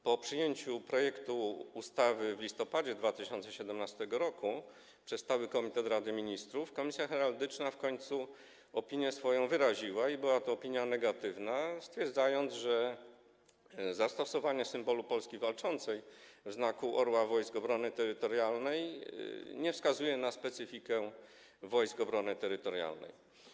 Po przyjęciu projektu ustawy w listopadzie 2017 r. przez stały komitet Rady Ministrów Komisja Heraldyczna w końcu wyraziła swoją opinię - była to opinia negatywna - stwierdzając, że zastosowanie symbolu Polski Walczącej w znaku orła Wojsk Obrony Terytorialnej nie wskazuje na specyfikę Wojsk Obrony Terytorialnej.